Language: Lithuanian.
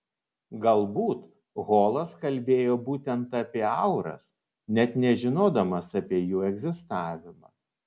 galbūt holas kalbėjo būtent apie auras net nežinodamas apie jų egzistavimą